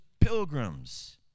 pilgrims